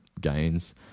gains